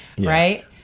right